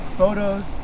Photos